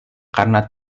karena